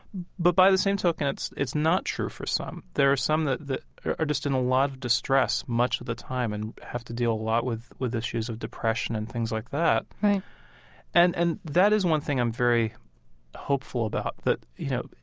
but by the same token, it's it's not true for some. there are some that are just in a lot of distress much of the time and have to deal a lot with with issues of depression and things like that right and and that is one thing i'm very hopeful about that, you know,